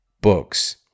books